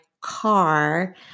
car